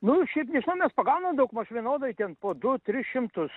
nu šiaip nežinau mes pagaunam daug maž vienodai ten po du tris šimtus